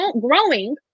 growing